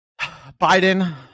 Biden